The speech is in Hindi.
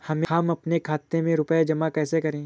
हम अपने खाते में रुपए जमा कैसे करें?